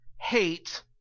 hate